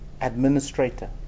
administrator